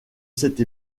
cette